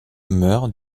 meurt